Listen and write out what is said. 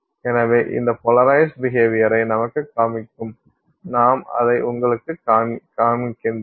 எனவே இந்த போலரைஸ்டு பிஹேவியர்ஐ நமக்கு காண்பிக்கும் நான் அதை உங்களுக்கு காண்பிக்கிறேன்